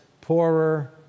poorer